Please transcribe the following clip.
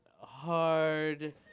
hard